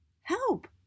help